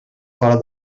fora